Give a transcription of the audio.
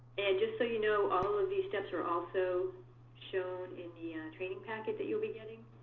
and, just so you know, all of these steps are also shown in the and and training packet that you'll be getting,